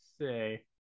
say